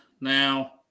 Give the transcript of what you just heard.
Now